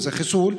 זה חיסול,